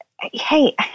hey